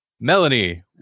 Melanie